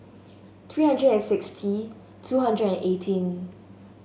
three hundred and sixty two hundred and eighteen